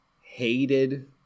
hated